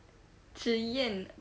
zhi yan